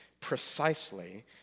Precisely